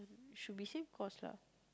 should be same course lah